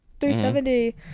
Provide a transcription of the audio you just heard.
370